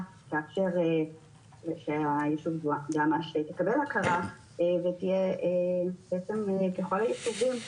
תאפשר שהיישוב דהמש תקבל הכרה ותהיה בעצם ככל היישובים,